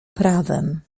prawem